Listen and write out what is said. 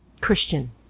Christian